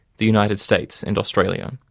the united states and australia.